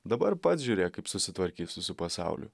dabar pats žiūrėk kaip susitvarkysi su pasauliu